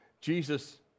Jesus